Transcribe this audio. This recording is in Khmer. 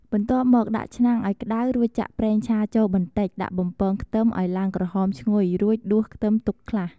បន្ទាប់មកដាក់ឆ្នាំងឱ្យក្តៅរួចចាក់ប្រេងឆាចូលបន្តិចដាក់បំពងខ្ទឹមឱ្យឡើងក្រហមឈ្ងុយរួច ដួសខ្ទឹមទុកខ្លះ។